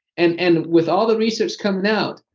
and and with all the research coming out,